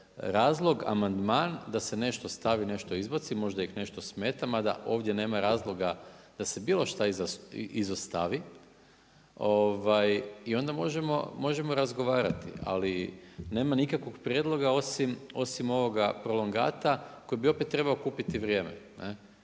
razlog, amandman, da se nešto stavi, nešto izbaci, možda ih nešto smeta, ma da ovdje nema razloga da se bilo šta izostavi. I onda možemo razgovarati. Ali, nema nikakvog prijedloga osim ovoga prolongata, koji bi opet trebao kupiti vrijeme,